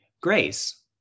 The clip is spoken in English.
Grace